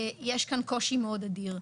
יש כאן קושי מאוד אדיר.